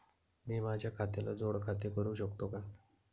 मी माझ्या खात्याला जोड खाते करू शकतो का?